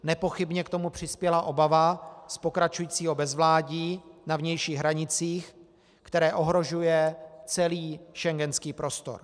Nepochybně k tomu přispěla obava z pokračujícího bezvládí na vnějších hranicích, které ohrožuje celý schengenský prostor.